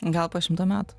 gal po šimto metų